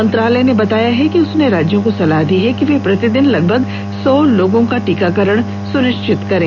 मंत्रालय ने कहा है कि उसने राज्यों को सलाह दी है कि वे प्रतिदिन लगभग सौ लोगों का टीकाकरण सुनिश्चित करें